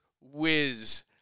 whiz